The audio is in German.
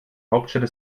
hauptstadt